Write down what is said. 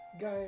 guys